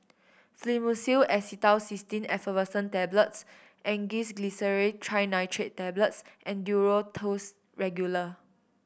Fluimucil Acetylcysteine Effervescent Tablets Angised Glyceryl Trinitrate Tablets and Duro Tuss Regular